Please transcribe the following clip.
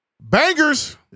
Bangers